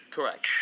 Correct